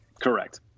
Correct